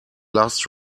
last